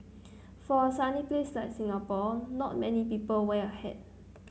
for a sunny place like Singapore not many people wear a hat